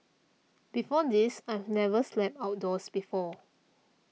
before this I've never slept outdoors before